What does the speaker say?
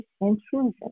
intrusion